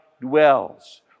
dwells